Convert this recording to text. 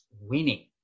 winning